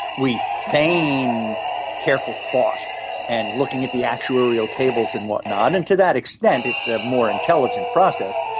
we feign careful thought and looking at the actuarial tables and whatnot, and to that extent it's a more intelligent process.